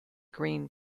green